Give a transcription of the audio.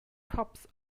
cops